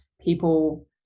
people